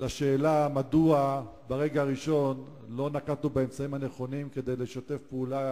לשאלה מדוע ברגע הראשון לא נקטנו את האמצעים הנכונים כדי לשתף פעולה